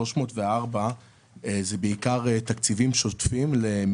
ה-304 מיליון שקלים הם בעיקר תקציבים שוטפים